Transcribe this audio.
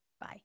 Bye